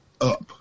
up